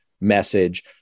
message